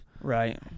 Right